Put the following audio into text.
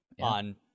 on